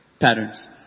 patterns